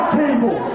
table